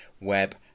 web